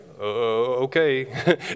okay